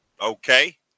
Okay